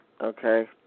Okay